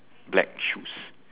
black shoes